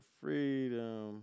freedom